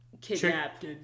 Kidnapped